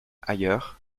ailleurs